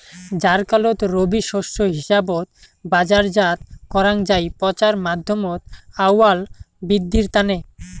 জ্বারকালত রবি শস্য হিসাবত বাজারজাত করাং যাই পচার মাধ্যমত আউয়াল বিদ্ধির তানে